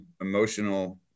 emotional